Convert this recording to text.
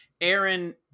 Aaron